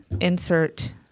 insert